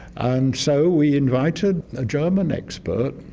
and so we invited a german expert,